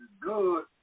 good